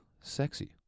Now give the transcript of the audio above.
sexy